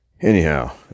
Anyhow